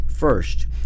First